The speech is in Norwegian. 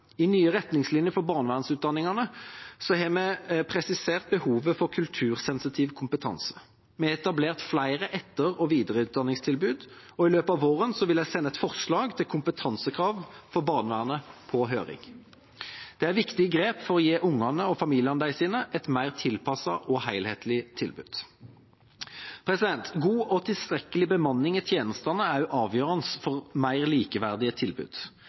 I de nye retningslinjene for barnevernsutdanningen har vi presisert behovet for kultursensitiv kompetanse. Vi har etablert flere etter- og videreutdanningstilbud, og i løpet av våren vil jeg sende et forslag til kompetansekrav for barnevernet på høring. Det er viktige grep for å gi ungene og familiene deres et mer tilpasset og helhetlig tilbud. God og tilstrekkelig bemanning i tjenestene er også avgjørende for mer likeverdige tilbud.